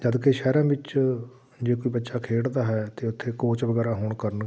ਜਦਕਿ ਸ਼ਹਿਰਾਂ ਵਿੱਚ ਜੇ ਕੋਈ ਬੱਚਾ ਖੇਡਦਾ ਹੈ ਅਤੇ ਉੱਥੇ ਕੋਚ ਵਗੈਰਾ ਹੋਣ ਕਾਰਨ